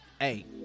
Hey